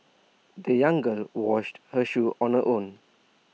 the young girl washed her shoes on her own